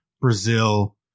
Brazil